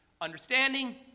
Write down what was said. understanding